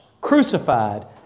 crucified